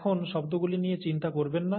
এখন শব্দগুলি নিয়ে চিন্তা করবেন না